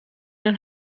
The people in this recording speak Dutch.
een